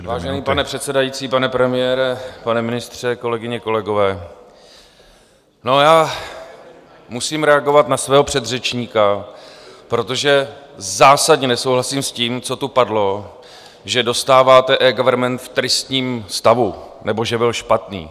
Vážený pane předsedající, pane premiére, pane ministře, kolegyně, kolegové, musím reagovat na svého předřečníka, protože zásadně nesouhlasím s tím, co tu padlo, že dostáváte eGovernment v tristním stavu nebo že byl špatný.